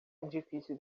edifício